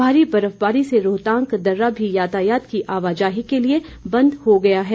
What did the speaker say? भारी बर्फबारी से रोहतांग दर्रा भी यातायात की आवाजाही के लिए बंद हो गया है